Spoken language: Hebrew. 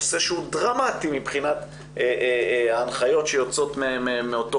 נושא שהוא דרמטי מבחינת ההנחיות שיוצאות מאותו